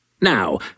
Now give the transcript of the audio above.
Now